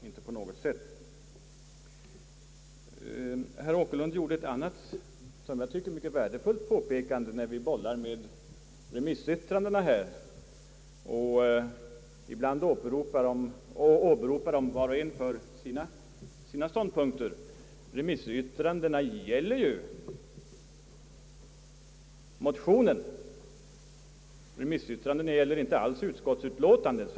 Det måste i så fall bli en senare fråga. Herr Åkerlund gjorde ett mycket värdefullt påpekande, nämligen att remissyttrandena, som var och en åberopar till stöd för sin ståndpunkt, gäller motionen och inte utskottets utlåtande.